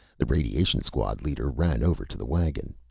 the radiation squad leader ran over to the wagon.